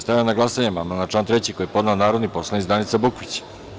Stavljam na glasanje amandman na član 3. koji je podnela narodni poslanik Danica Bukvić.